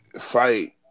fight